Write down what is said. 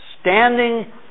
standing